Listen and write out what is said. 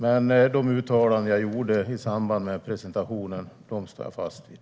Men de uttalanden som jag gjorde i samband med presentationen står jag fast vid.